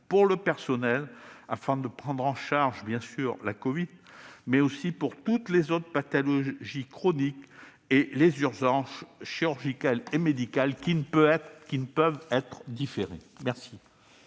son personnel, afin de prendre en charge non seulement la covid, mais aussi toutes les autres pathologies chroniques et les urgences chirurgicales et médicales qui ne peuvent être différées. La